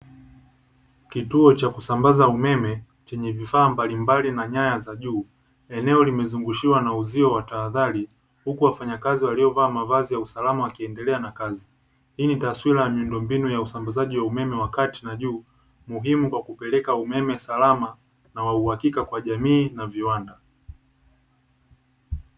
Kituo cha kusambaza umeme, chenye vifaa mbalimbali na nyaya za juu. Eneo limezungushiwa na uzio wa tahadhari, huku wafanyakazi waliovaa mavazi ya usalama wakiendlea na kazi, hii ni taswira ya miundombinu ya usambazaji wa umeme wakati kati na juu, muhimu kwa kupeleka umeme salama na wa uhakika kwa jamii na viwanda.